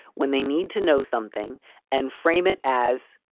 when they need to know something and frame it as.